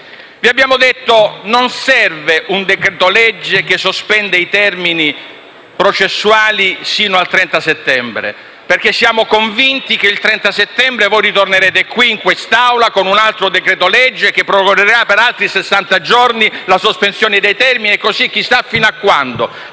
Vi abbiamo detto che non serve un decreto-legge che sospende i termini processuali fino al 30 settembre, perché siamo convinti che in quella data voi ritornerete in quest'Assemblea con un altro decreto-legge che prorogherà per altri sessanta giorni la sospensione dei termini e così chissà fino a quando.